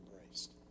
embraced